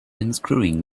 unscrewing